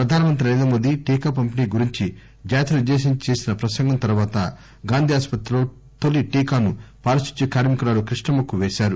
ప్రధాన మంత్రి నరేంద్ర మోదీ టీకా పంపిణీ గురించి జాతినుద్దేశించి చేసిన ప్రసంగం తరువాత గాంధీ ఆసుపత్రిలో తొలి టీకాను పారిశుద్ధ్య కార్మికురాలు కృష్ణమ్మ కు పేశారు